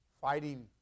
fighting